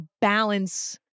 balance